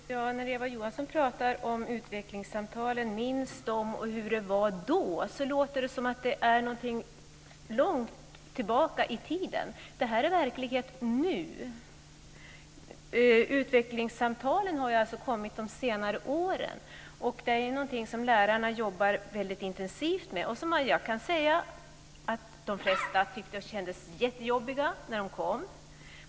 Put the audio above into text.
Herr talman! När Eva Johansson talar om utvecklingssamtalen, minns dem och hur det var då låter det som det är någonting långt tillbaka i tiden. Det här är verklighet nu. Utvecklingssamtalen har alltså kommit de senare åren. Det är någonting som lärarna jobbar väldigt intensivt med och som de flesta tyckte kändes jättejobbiga när de kom.